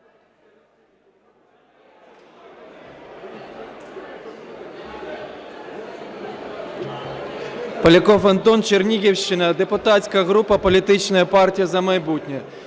Поляков Антон, Чернігівщина, депутатська група політичної парії "За майбутнє".